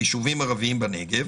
לישובים ערביים בנגב.